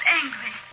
angry